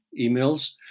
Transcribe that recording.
emails